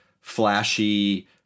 flashy